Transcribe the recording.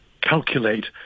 calculate